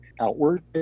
outward